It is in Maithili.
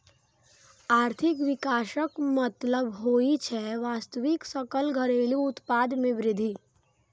आर्थिक विकासक मतलब होइ छै वास्तविक सकल घरेलू उत्पाद मे वृद्धि